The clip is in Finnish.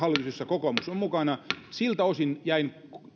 kokoomus on ollut mukana siltä osin jäin